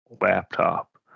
laptop